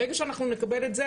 ברגע שנקבל את זה,